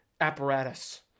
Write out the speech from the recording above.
apparatus